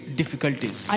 difficulties